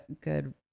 Good